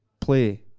play